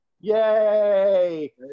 Yay